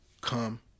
come